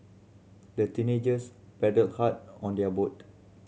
the teenagers paddled hard on their boat